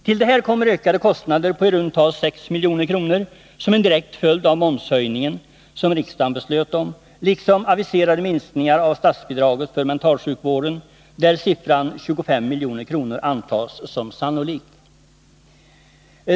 Till detta kommer ökade kostnader på i runt tal 6 milj.kr. som en direkt följd av momshöjningen, som riksdagen beslöt om, liksom aviserade minskningar av statsbidraget för mentalsjukvården, där siffran 25 milj.kr. anses sannolik.